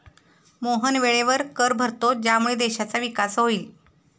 मोहन वेळेवर कर भरतो ज्यामुळे देशाचा विकास होईल